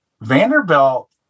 Vanderbilt